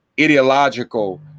ideological